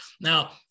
Now